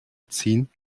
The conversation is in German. ziehen